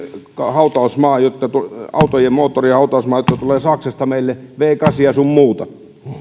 hautausmaa autojen moottorien hautausmaa jotka tulevat saksasta meille v kahdeksaa sun muuta